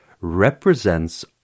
represents